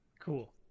Cool